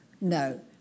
no